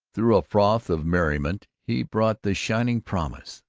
through a froth of merriment he brought the shining promise,